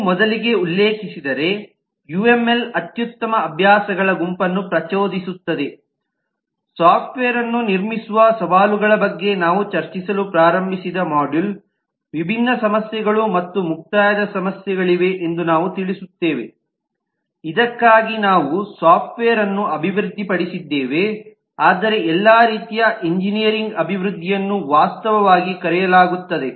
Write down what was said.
ನೀವು ಮೊದಲಿಗೆ ಉಲ್ಲೇಖಿಸಿದರೆ ಯುಎಂಎಲ್ ಅತ್ಯುತ್ತಮ ಅಭ್ಯಾಸಗಳ ಗುಂಪನ್ನು ಪ್ರಚೋದಿಸುತ್ತದೆ ಸಾಫ್ಟ್ವೇರ್ ಅನ್ನು ನಿರ್ಮಿಸುವ ಸವಾಲುಗಳ ಬಗ್ಗೆ ನಾವು ಚರ್ಚಿಸಲು ಪ್ರಾರಂಭಿಸಿದ ಮಾಡ್ಯೂಲ್ ವಿಭಿನ್ನ ಸಮಸ್ಯೆಗಳು ಮತ್ತು ಮುಕ್ತಾಯದ ಸಮಸ್ಯೆಗಳಿವೆ ಎಂದು ನಾವು ತಿಳಿಸುತ್ತೇವೆ ಇದಕ್ಕಾಗಿ ನಾವು ಇನ್ನೂ ಸಾಫ್ಟ್ವೇರ್ ಅನ್ನು ಅಭಿವೃದ್ಧಿಪಡಿಸಿದ್ದೇವೆ ಆದರೆ ಎಲ್ಲಾ ರೀತಿಯ ಎಂಜಿನಿಯರಿಂಗ್ ಅಭಿವೃದ್ಧಿಯನ್ನು ವಾಸ್ತವವಾಗಿ ಕರೆಯಲಾಗುತ್ತದೆ